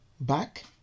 back